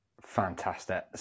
Fantastic